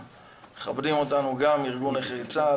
מכבדים אותנו גם ארגון נכי צה"ל,